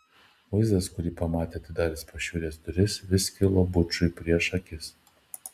vaizdas kurį pamatė atidaręs pašiūrės duris vis kilo bučui prieš akis